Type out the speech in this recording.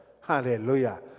Hallelujah